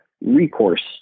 recourse